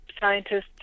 scientists